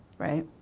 right?